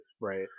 Right